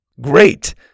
Great